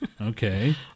Okay